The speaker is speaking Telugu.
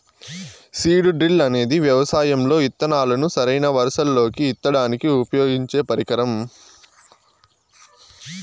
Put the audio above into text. సీడ్ డ్రిల్ అనేది వ్యవసాయం లో ఇత్తనాలను సరైన వరుసలల్లో ఇత్తడానికి ఉపయోగించే పరికరం